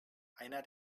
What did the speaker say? einer